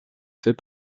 fait